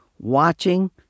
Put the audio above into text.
watching